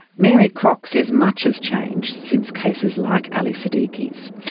mary crock says much has changed since cases like ali sadiqi's.